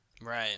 Right